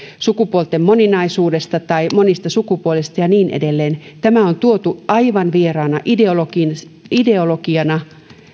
sukupuolten moninaisuudesta tai monista sukupuolista ja niin edelleen tämä on tuotu aivan vieraana ideologiana